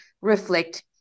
reflect